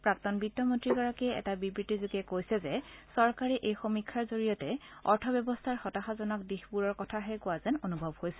প্ৰাক্তন বিত্ত মন্ত্ৰীগৰাকীয়ে এটা বিবৃতিযোগে কৈছে যে চৰকাৰে এই সমীক্ষাৰ জৰিয়তে অৰ্থব্যৱস্থাৰ হতাশাজনক দিশবোৰৰ কথাহে কোৱা যেন অনুভৱ হৈছে